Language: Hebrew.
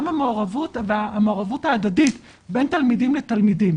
המעורבות ההדדית בין תלמידים לתלמידים.